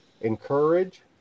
encourage